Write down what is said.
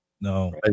No